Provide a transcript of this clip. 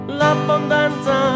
l'abbondanza